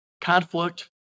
conflict